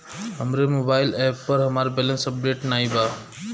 हमरे mobile app पर हमार बैलैंस अपडेट नाई बा